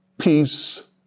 peace